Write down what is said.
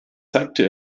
zeigte